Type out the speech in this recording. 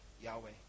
Yahweh